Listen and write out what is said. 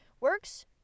works